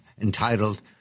entitled